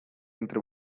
entre